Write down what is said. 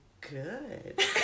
good